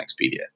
Expedia